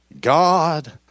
God